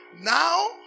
Now